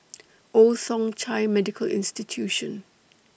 Old Thong Chai Medical Institution